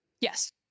Yes